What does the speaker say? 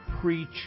preach